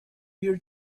your